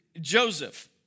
Joseph